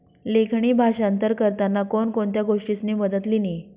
लेखणी भाषांतर करताना कोण कोणत्या गोष्टीसनी मदत लिनी